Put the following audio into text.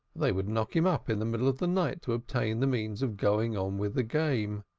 they would knock him up in the middle of the night to obtain the means of going on with the game.